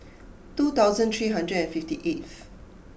two thousand three hundred and fifty eighth